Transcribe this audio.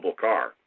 car